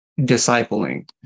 discipling